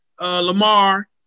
Lamar